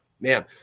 man